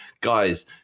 Guys